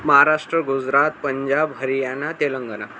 Maharashtra Gujarat Punjab Haryana Telangana